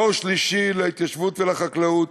דור שלישי להתיישבות ולחקלאות,